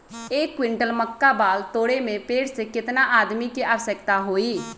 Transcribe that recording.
एक क्विंटल मक्का बाल तोरे में पेड़ से केतना आदमी के आवश्कता होई?